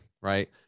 right